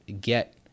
get